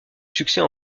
succès